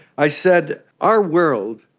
i said, our world,